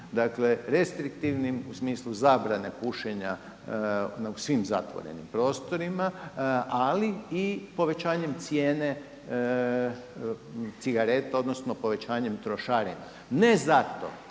Dakle, restriktivnim u smislu zabrane pušenja u svim zatvorenim prostorima, ali i povećanjem cijene cigareta, odnosno povećanjem trošarina. Ne zato